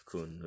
Con